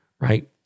right